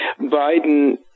Biden